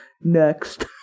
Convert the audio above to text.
next